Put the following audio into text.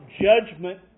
judgment